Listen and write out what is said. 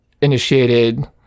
initiated